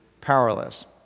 powerless